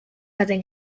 baten